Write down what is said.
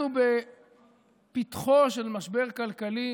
אנחנו בפתחו של משבר כלכלי